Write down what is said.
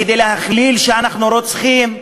כדי להכליל שאנחנו רוצחים.